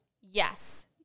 Yes